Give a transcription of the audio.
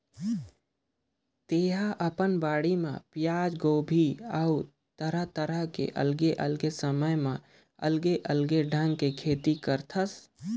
तेहा अपन बाड़ी म पियाज, गोभी अउ तरह तरह के अलगे अलगे समय म अलगे अलगे ढंग के खेती करथस